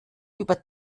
über